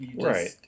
right